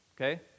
Okay